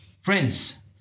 Friends